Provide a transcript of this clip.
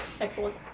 Excellent